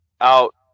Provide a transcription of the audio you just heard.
out